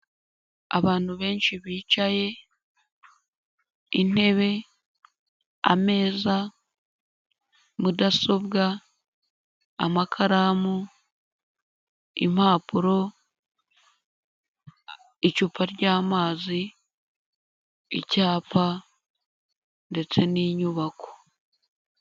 Abantu benshi bicaye, intebe, ameza, mudasobwa, amakaramu, impapuro, icupa ry'amazi, icyapa ndetse n'inyubako.